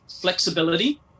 flexibility